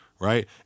right